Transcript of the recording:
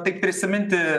tik prisiminti